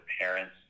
parents